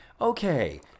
okay